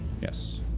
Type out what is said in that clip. yes